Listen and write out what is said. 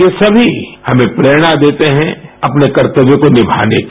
ये सभी हमें प्रेरणा देते हैं अपने कर्तव्यों को निभाने की